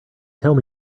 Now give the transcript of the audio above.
could